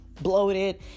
bloated